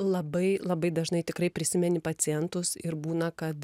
labai labai dažnai tikrai prisimeni pacientus ir būna kad